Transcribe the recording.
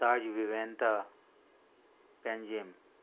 Taj Vivanta Panjim